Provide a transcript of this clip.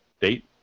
Date